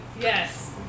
yes